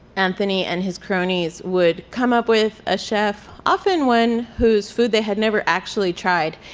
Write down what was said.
anthony and his cronies would come up with a chef, often one whose food they had never actually tried,